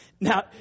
Now